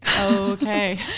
Okay